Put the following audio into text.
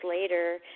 later